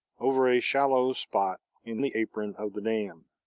over a shallow spot in the apron of the dam.